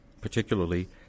particularly